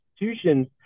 institutions